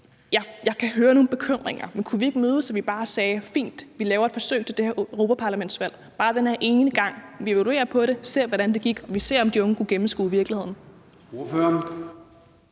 er nogle bekymringer. Men kunne vi ikke bare mødes og sige: Fint, vi laver et forsøg til det her europaparlamentsvalg, bare den her ene gang, hvor vi så evaluerer det, ser, hvordan det gik, og ser, om de unge kunne gennemskue virkeligheden?